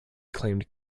claimed